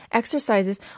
exercises